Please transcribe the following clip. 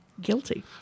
guilty